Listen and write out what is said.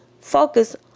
focus